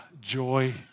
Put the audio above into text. joy